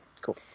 cool